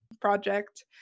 project